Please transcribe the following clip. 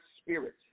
spirit